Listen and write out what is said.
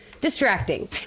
distracting